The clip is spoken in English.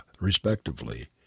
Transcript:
respectively